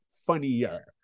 funnier